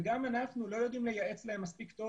וגם אנחנו לא יודעים לייעץ להם מספיק טוב